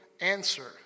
answer